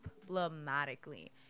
diplomatically